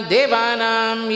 Devanam